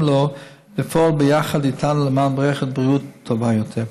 לו לפעול ביחד איתנו למען מערכת בריאות טובה יותר.